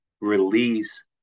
release